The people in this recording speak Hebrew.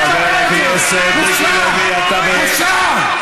חבר הכנסת מיקי לוי, אתה, בושה.